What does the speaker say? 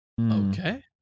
Okay